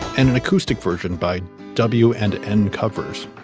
and an acoustic version by w and n covers